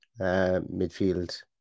Midfield